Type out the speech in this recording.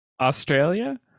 Australia